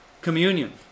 Communion